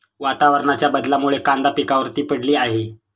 वातावरणाच्या बदलामुळे कांदा पिकावर ती पडली आहे